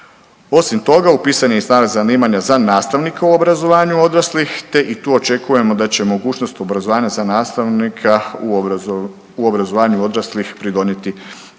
se ne razumije/… zanimanja za nastavnika u obrazovanju odraslih, te i tu očekujemo da će mogućnost obrazovanja za nastavnika u obrazovanju odraslih pridonijeti